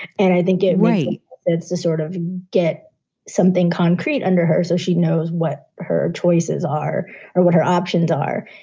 and i think it way it's to sort of get something concrete under her so she knows what her choices are or what her options are.